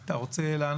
בבקשה.